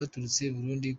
burundi